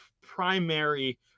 primary